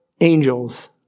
angels